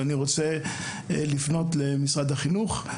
ואני רוצה לפנות למשרד החינוך.